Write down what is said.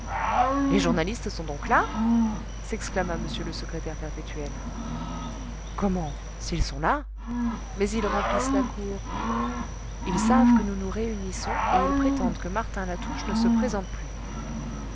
les journalistes sont donc là s'exclama m le secrétaire perpétuel comment s'ils sont là mais ils remplissent la cour ils savent que nous nous réunissons et ils prétendent que martin latouche ne se présente plus